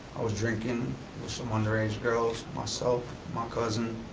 i was drinking with some underage girls, myself, my cousin,